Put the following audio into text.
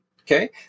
okay